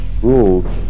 rules